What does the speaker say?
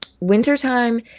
Wintertime